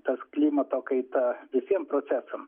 tas klimato kaita visiem procesam